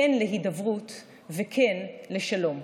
כן להידברות וכן לשלום.